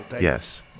Yes